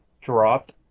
dropped